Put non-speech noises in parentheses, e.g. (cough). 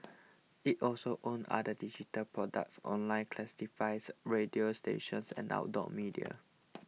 it also owns other digital products online classifieds radio stations and outdoor media (noise)